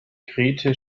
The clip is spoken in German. grete